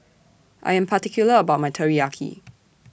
I Am particular about My Teriyaki